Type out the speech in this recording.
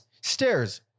stairs